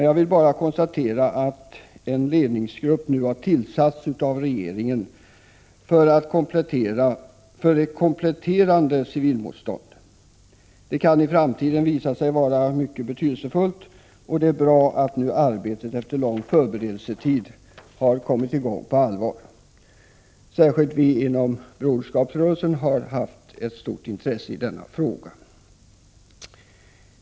Jag vill bara konstatera att regeringen nu har tillsatt en ledningsgrupp för ett kompletterande civilmotstånd. Det kan visa sig vara mycket betydelsefullt i framtiden, och det är bra att arbetet nu har kommit i gång på allvar efter en lång förberedelsetid. Särskilt vi inom Broderskapsrörelsen har haft ett stort intresse i denna fråga.